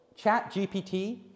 ChatGPT